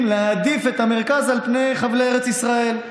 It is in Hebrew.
להעדיף את המרכז על פני חבלי ארץ ישראל.